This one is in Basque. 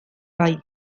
bai